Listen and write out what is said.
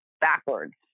backwards